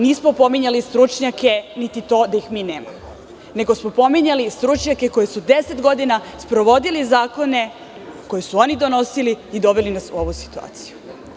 Nismo pominjali stručnjake niti to da ih mi nemamo, nego smo spominjali stručnjake koji su deset godina sprovodili zakone koje su oni donosili i doveli nas u ovu situaciju.